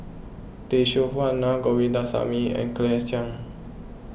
Tay Seow Huah Naa Govindasamy and Claire Chiang